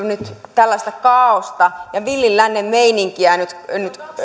tällaista kaaosta ja villin lännen meininkiä nyt